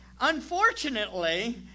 unfortunately